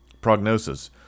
Prognosis